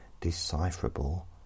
decipherable